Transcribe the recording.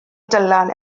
dylan